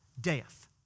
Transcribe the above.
death